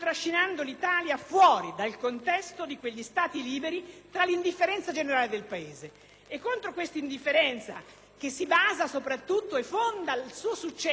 Contro questa indifferenza, che si basa soprattutto e fonda il suo successo sull'ignoranza, sull'incultura, dobbiamo continuare a lottare.